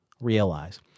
realize